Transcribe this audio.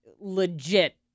legit